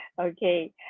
Okay